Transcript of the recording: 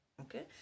Okay